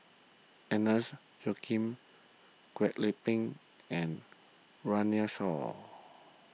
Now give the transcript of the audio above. Agnes Joaquim Kwek Leng Beng and Runme Shaw